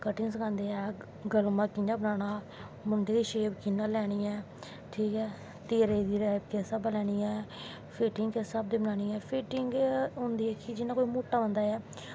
cutting सखांदे ऐं गलमां कियां बनाना ऐ मंहुंडे दी शेप कियां लैनी ऐ ठीक ऐ तीरे दी किस हिसाबे दी लैनी ऐ फिटिंग किस हिसाबे दी बनानी ऐ फिटिंग होंदी ऐ कि जियां कोई नोटा बंदा ऐ